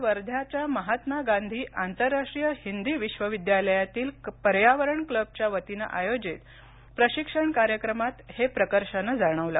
काल वर्ध्याच्या महात्मा गांधी आंतरराष्ट्रीय हिंदी विश्वविद्यालयातील पर्यावरण क्लबच्या वतीनं आयोजित प्रशिक्षण कार्यक्रमात हे प्रकर्षानं जाणवलं